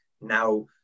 now